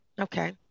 Okay